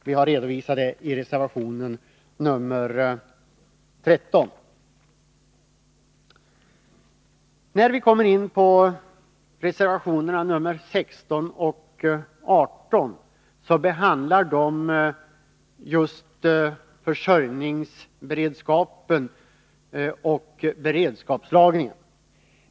Vi har redovisat vår ståndpunkt i reservation 13. I reservationerna 16 och 18 behandlas frågan om försörjningsberedskap och beredskapslagring.